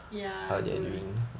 ya good